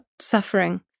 suffering